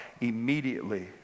immediately